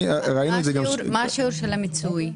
מה שיעור המיצוי?